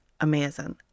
amazing